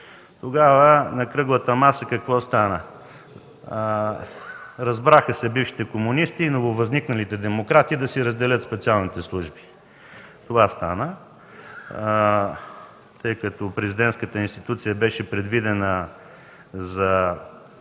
Тогава на Кръглата маса какво стана? Разбраха се бившите комунисти и нововъзникналите демократи да си разделят специалните служби – това стана. Тъй като президентската институция беше предвидена за